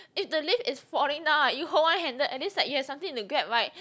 if the lift is falling down right you hold one handle at least like you have something to grab right